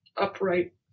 upright